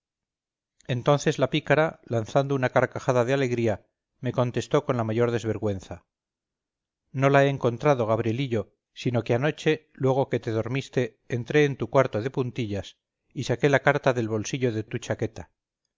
entonces la pícara lanzando una carcajada de alegría me contestó con la mayor desvergüenza no la he encontrado gabrielillo sino que anoche luego que te dormiste entré en tu cuarto de puntillas y saqué la carta del bolsillo de tu chaqueta